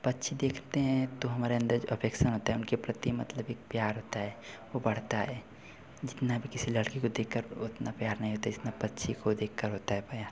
पक्षी देखते हैं तो हमारे अन्दर जो अफेक्सन होता है उनके प्रति मतलब एक प्यार होता है वह बढ़ता है जितना भी किसी लड़की को देखकर उतना प्यार नहीं होता जितना पक्षी को देखकर होता है प्यार